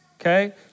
Okay